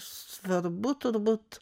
svarbu turbūt